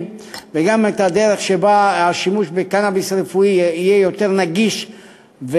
וגם בעשיית השימוש בקנאביס רפואי נגיש יותר,